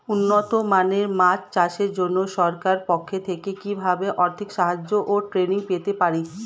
উন্নত মানের মাছ চাষের জন্য সরকার পক্ষ থেকে কিভাবে আর্থিক সাহায্য ও ট্রেনিং পেতে পারি?